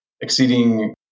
exceeding